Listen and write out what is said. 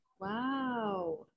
wow